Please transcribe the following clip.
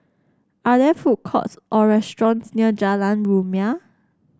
are there food courts or restaurants near Jalan Rumia